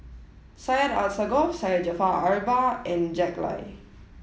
Syed Alsagoff Syed Jaafar Albar and Jack Lai